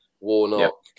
Warnock